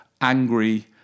angry